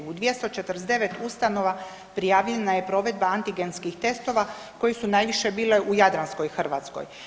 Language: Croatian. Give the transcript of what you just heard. U 249. ustanova prijavljena je provedba antigenskih testova koji su najviše bile u jadranskoj Hrvatskoj.